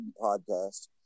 podcast